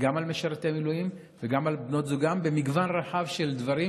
גם על משרתי מילואים וגם על בנות זוגם במגוון רחב של דברים,